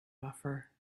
offer